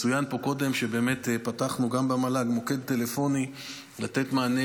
צוין פה קודם שפתחנו במל"ג מוקד טלפוני כדי לתת מענה